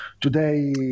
Today